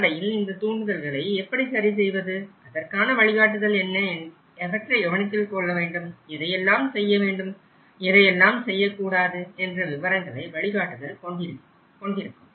அடிப்படையில் இந்த தூண்டுதல்களை எப்படி சரி செய்வது அதற்கான வழிகாட்டுதல் என்ன எவற்றை கவனத்தில் கொள்ள வேண்டும் எதை எல்லாம் செய்ய வேண்டும் எதை எல்லாம் செய்யக் கூடாது என்ற விபரங்களை வழிகாட்டுதல் கொண்டிருக்கும்